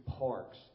parks